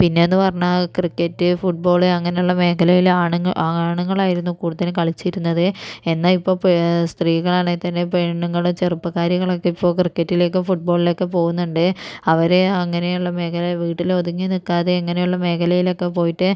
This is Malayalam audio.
പിന്നെയെന്നു പറഞ്ഞാൽ ക്രിക്കറ്റ് ഫുട് ബോൾ അങ്ങനെയുള്ള മേഖലകളിൽ ആണുങ്ങൾ ആണുങ്ങളായിരുന്നു കൂടുതലും കളിച്ചിരുന്നത് എന്നാൽ ഇപ്പോൾ സ്ത്രീകളാണെങ്കിൽത്തന്നെ പെണ്ണുങ്ങൾ ചെറുപ്പകാരികളൊക്കെ ഇപ്പോൾ ക്രിക്കറ്റിലേക്കും ഫുട്ബോളിലേക്കും പോകുന്നുണ്ട് അവരെ അങ്ങനെയുള്ള മേഖല വീട്ടിൽ ഒതുങ്ങി നിൽക്കാതെ ഇങ്ങനെയുള്ള മേഖലയിലൊക്കെ പോയിട്ട്